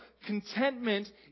contentment